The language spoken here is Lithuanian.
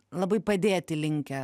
labai padėti linkę